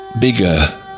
bigger